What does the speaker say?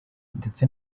ndetse